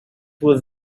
was